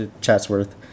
Chatsworth